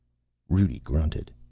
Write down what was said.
rudi grunted.